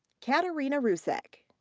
katerina russek.